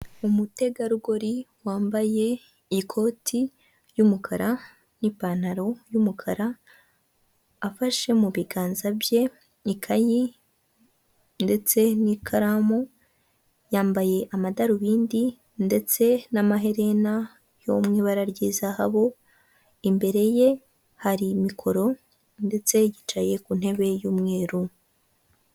Umutegarugori wambaye ikoti ry'umukara n'ipantaro y'umukara afashe mu biganza bye, ikayi ndetse n'ikaramu, yambaye amadarubindi ndetse n'amaherena yo mu ibara ry'izahabu imbere ye, hari mikoro ndetse yicaye ku ntebe y'umweru.